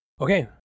Okay